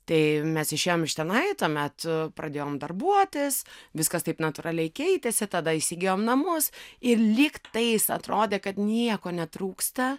tai mes išėjom iš tenai tuomet pradėjom darbuotis viskas taip natūraliai keitėsi tada įsigijom namus ir lyg tais atrodė kad nieko netrūksta